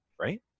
Right